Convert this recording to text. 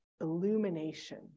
illumination